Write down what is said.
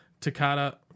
Takata